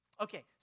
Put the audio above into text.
Okay